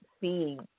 seeing